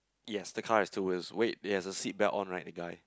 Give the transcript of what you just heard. yes the car has two wheels wait it has a seat belt on right the guy